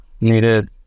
needed